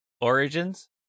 Origins